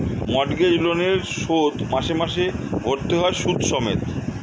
mortgage লোনের শোধ মাসে মাসে ভরতে হয় সুদ সমেত